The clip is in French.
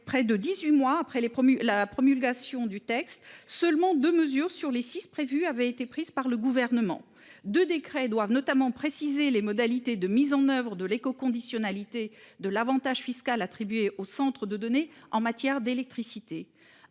près de 18 mois après les promus la promulgation du texte seulement de mesures sur les 6 prévus avaient été prises par le gouvernement de décrets doivent notamment préciser les modalités de mise en oeuvre de l'éco-conditionnalité de l'Avantage fiscal attribué au centres de données en matière d'électricité